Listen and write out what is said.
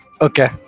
Okay